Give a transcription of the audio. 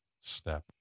step